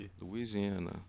Louisiana